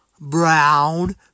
brown